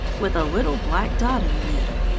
with a little black dot in the middle.